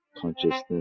consciousness